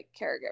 caregiver